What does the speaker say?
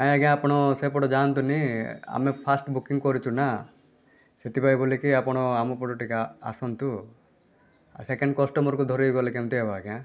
ନାଇଁ ଆଜ୍ଞା ଆପଣ ସେପଟେ ଯାନ୍ତୁନି ଆମେ ଫାଷ୍ଟ ବୁକିଂ କରିଛୁ ନା ସେଥିପାଇଁ ବୋଲକି ଆପଣ ଆମ ପଟକୁ ଟିକିଏ ଆସନ୍ତୁ ଆଉ ସେକେଣ୍ଡ କଷ୍ଟମରରୁ ଧରିବେ ବୋଲେ କେମିତି ହେବ ଆଜ୍ଞା